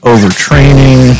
overtraining